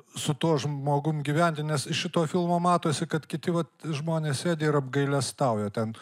su tuo žmogum gyventi nes iš šito filmo matosi kad kiti vat žmonės sėdi ir apgailestauja ten